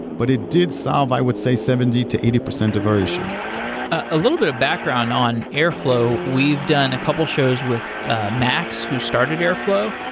but it did solve i would say seventy percent to eighty percent of our issues a little bit of background on airflow, we've done a couple shows with ah max who started airflow.